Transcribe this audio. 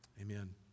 amen